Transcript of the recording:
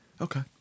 Okay